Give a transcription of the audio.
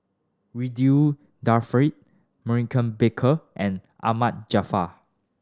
Ridzwan Dzafir Maurice Baker and Ahmad Jaafar